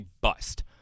bust